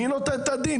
מי נותן את הדין?